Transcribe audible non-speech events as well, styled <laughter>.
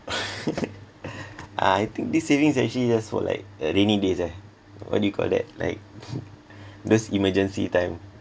<laughs> I think this savings actually just for like uh rainy days ah what do you call that like <laughs> those emergency time